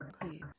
please